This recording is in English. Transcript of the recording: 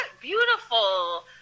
beautiful